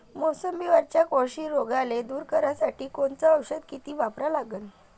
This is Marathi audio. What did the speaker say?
मोसंबीवरच्या कोळशी रोगाले दूर करासाठी कोनचं औषध किती वापरा लागन?